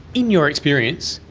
in your experience,